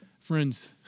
Friends